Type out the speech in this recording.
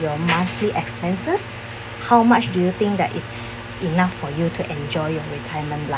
your multi expenses how much do you think that it's enough for you to enjoy your retirement life